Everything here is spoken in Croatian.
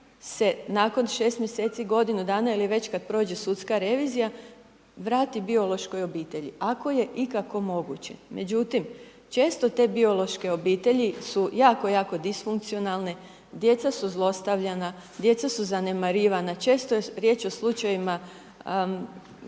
se nakon 6 mjeseci, godinu dana ili već kad prođe sudska revizija, vrati biološkoj obitelji, ako je ikako moguće. Međutim, često te biološke obitelji su jako, jako disfunkcionalne, djeca su zlostavljanja, djeca su zanemarivana, često je riječ o slučajevima